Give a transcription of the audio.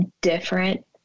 different